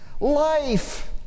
life